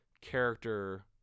character